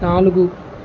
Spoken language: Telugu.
నాలుగు